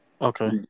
okay